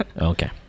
Okay